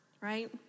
Right